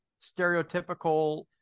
stereotypical